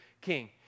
king